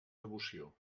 devoció